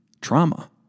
trauma